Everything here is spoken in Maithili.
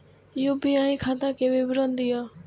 यू.पी.आई खाता के विवरण दिअ?